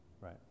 right